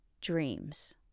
dreams